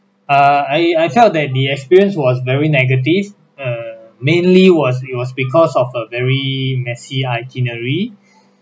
err I I felt that the experience was very negative err mainly was it was because of a very messy itinerary